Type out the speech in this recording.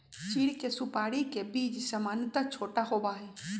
चीड़ के सुपाड़ी के बीज सामन्यतः छोटा होबा हई